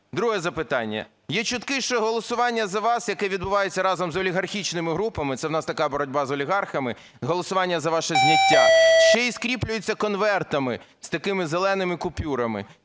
Друге запитання. Є чутки, що голосування за вас, яке відбувається разом з олігархічними групами, це в нас така боротьба з олігархами, голосування за ваше зняття ще й скріплюється конвертами з такими зеленими купюрами.